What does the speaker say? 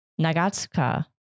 Nagatsuka